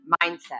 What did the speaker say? mindset